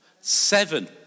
Seven